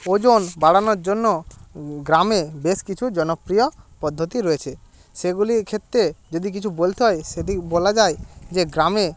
ওজন বাড়ানোর জন্য গ্রামে বেশ কিছুর জন্য ক্রিয়া পদ্ধতি রয়েছে সেগুলির ক্ষেত্রে যদি কিছু বলতে হয় সেটি বলা যায় যে গ্রামে